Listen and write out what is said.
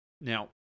Now